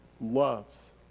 loves